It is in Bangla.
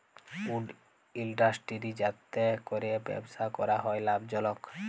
উড ইলডাসটিরি যাতে ক্যরে ব্যবসা ক্যরা হ্যয় লাভজলক